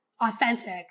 authentic